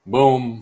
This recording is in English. Boom